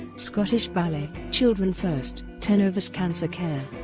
scottish ballet, children first, tenovus cancer care,